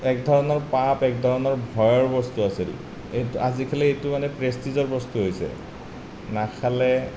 একধৰণৰ পাপ একধৰণৰ ভয়ৰ বস্তু আছিল এই আজিকালি এইটো মানে প্ৰেষ্টিজৰ বস্তু হৈছে নাখালে